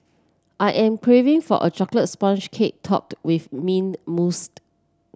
I am craving for a chocolates sponge cake topped with mint mousse